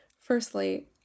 Firstly